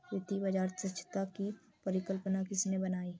वित्तीय बाजार दक्षता की परिकल्पना किसने बनाई?